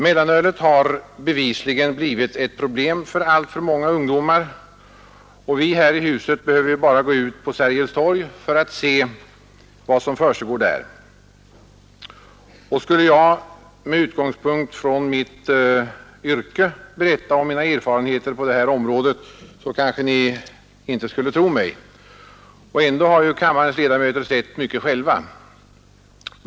Mellanölet har bevisligen blivit ett problem för alltför många ungdomar. Vi här i huset behöver bara gå ut på Sergels torg för att se vad som försiggår där. Skulle jag med utgångspunkt i mitt yrke berätta om mina erfarenheter på det här området, så kanske ni inte skulle tro mig. Och ändå har ju kammarens ledamöter sett mycket själva.